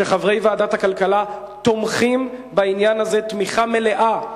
שחברי ועדת הכלכלה תומכים בעניין הזה תמיכה מלאה,